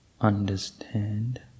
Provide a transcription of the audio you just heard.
Understand